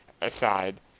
aside